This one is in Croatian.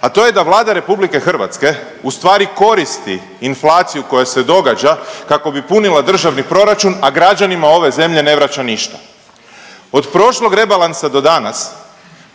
a to je da Vlada Republike Hrvatske u stvari koristi inflaciju koja se događa kako bi punila državni proračun, a građanima ove zemlje ne vraća ništa. Od prošlog rebalansa do danas